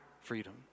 freedom